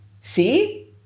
see